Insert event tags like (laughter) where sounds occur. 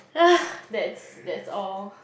(breath) that's that's all